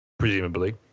Presumably